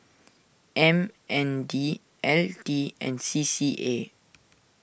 M N D L T and C C A